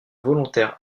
volontaires